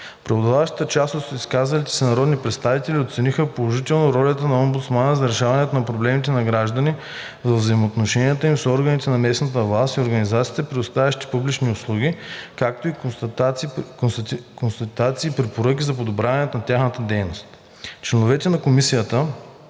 Преобладаващата част от изказалите се народни представители оцениха положително ролята на омбудсмана за разрешаване на проблемите на гражданите във взаимоотношенията им с органите на местната власт и организациите, предоставящи публични услуги, както и констатациите и препоръките за подобряване на тяхната дейност. Членовете на комисията